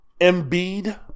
Embiid